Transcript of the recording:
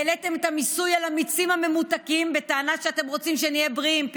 העליתם את המס על המיצים הממותקים בטענה שאתם רוצים שנהיה בריאים יותר,